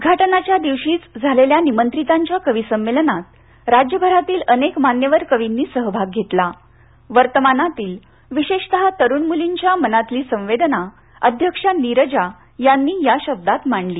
उद्घाटनाच्या दिवशीच झालेल्या निमंत्रितांच्या कविसंमेलनात राज्यभरातील अनेक मान्यवर कवींनी सहभाग घेतला वर्तमानातील विशेषतः तरुण मुलींच्या मनातली संवेदना अध्यक्षा नीरजा यांनी या शब्दांत मांडली